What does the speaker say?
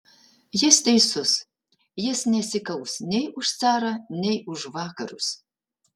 jis teisus jis nesikaus nei už carą nei už vakarus